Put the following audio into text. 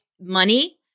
money